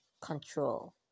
Control